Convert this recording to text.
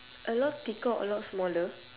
a lot thicker a lot smaller